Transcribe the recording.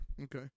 Okay